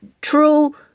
true